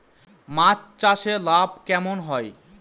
মাছ চাষে লাভ কেমন হয়?